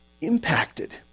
impacted